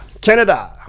Canada